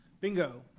Bingo